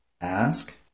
Ask